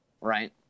right